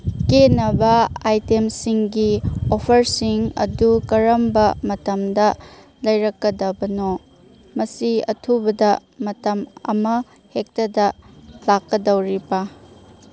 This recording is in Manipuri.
ꯀꯦꯅꯕ ꯑꯥꯏꯇꯦꯝꯁꯤꯡꯒꯤ ꯑꯣꯐꯔꯁꯤꯡ ꯑꯗꯨ ꯀꯔꯝꯕ ꯃꯇꯝꯗ ꯂꯩꯔꯛꯀꯗꯕꯅꯣ ꯃꯁꯤ ꯑꯊꯨꯕꯗ ꯃꯇꯝ ꯑꯃ ꯍꯦꯛꯇꯗ ꯂꯥꯛꯀꯗꯧꯔꯤꯕ